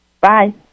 Bye